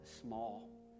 small